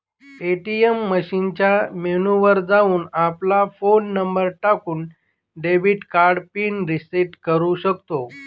ATM मशीनच्या menu वर जाऊन, आपला फोन नंबर टाकून, डेबिट कार्ड पिन रिसेट करू शकतो